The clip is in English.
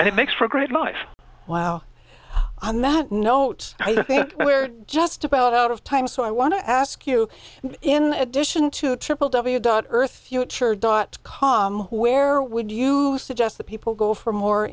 and it makes for a great life wow on that note we're just about out of time so i want to ask you in addition to triple w dot earth future dot com where would you suggest that people go for more